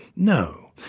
no.